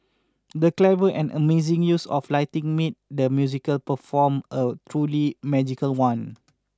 the clever and amazing use of lighting made the musical perform a truly magical one